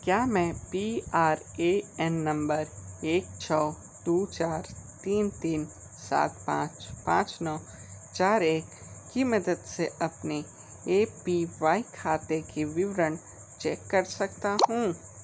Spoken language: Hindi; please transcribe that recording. क्या मैं P R A N number एक छः दो चार तीन तीन सात पाँच पाँच नौ चार एक की मदद से अपने ए पी वाई खाते के विवरण चेक कर सकता हूँ